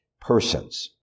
persons